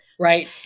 Right